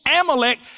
Amalek